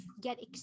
get